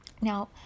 now